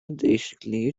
değişikliği